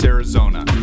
Arizona